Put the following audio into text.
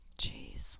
Jeez